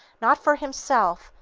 not for himself,